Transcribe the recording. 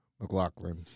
McLaughlin